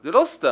זה לא סתם.